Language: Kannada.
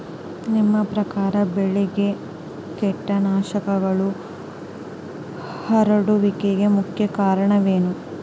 ನಿಮ್ಮ ಪ್ರಕಾರ ಬೆಳೆಗೆ ಕೇಟನಾಶಕಗಳು ಹರಡುವಿಕೆಗೆ ಮುಖ್ಯ ಕಾರಣ ಏನು?